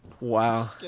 Wow